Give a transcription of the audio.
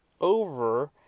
over